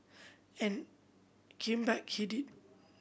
and came back he did